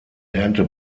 lernte